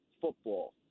football